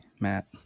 Matt